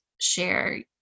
share